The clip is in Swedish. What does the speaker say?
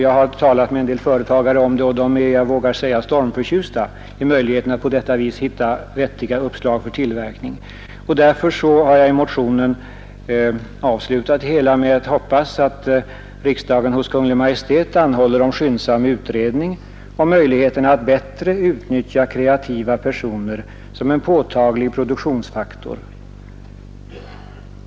Jag har talat med en del företagare om detta, och vågar påstå att de är stormförtjusta över möjligheterna att på detta sätt kunna finna goda uppslag för tillverkning. Därför har jag avslutat min motion med förhoppningen att riksdagen hos Kungl. Maj:t anhåller om skyndsam utredning av möjligheterna att bättre utnyttja landets kreativa personer som en påtaglig produktionsfaktor.